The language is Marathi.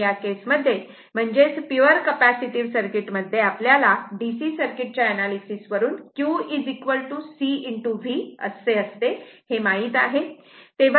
म्हणून या केस मध्ये म्हणजेच पिवर कपॅसिटीव्ह सर्किट मध्ये आपल्याला DC सर्किट च्या एनालिसिस वरून q C V असते हे माहित आहे